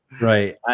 Right